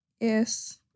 Yes